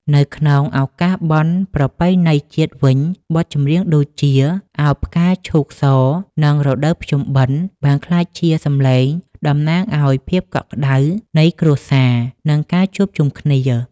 នៅក្នុងឱកាសបុណ្យប្រពៃណីជាតិវិញ បទចម្រៀងដូចជា ឱ! ផ្កាឈូកស និង រដូវភ្ជុំបិណ្ឌ បានក្លាយជាសម្លេងតំណាងឱ្យភាពកក់ក្តៅនៃគ្រួសារ និងការជួបជុំគ្នា។